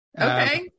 okay